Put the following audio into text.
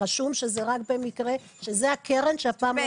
חשוב שזה יהיה קרן.